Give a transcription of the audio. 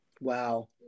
Wow